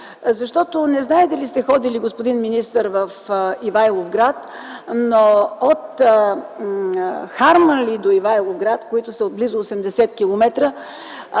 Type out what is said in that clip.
Не зная дали сте ходили, господин министър, в Ивайловград, но от Харманли до Ивайловград, които са близо 80 км,